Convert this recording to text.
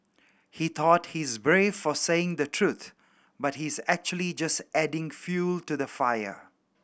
he thought he's brave for saying the truth but he's actually just adding fuel to the fire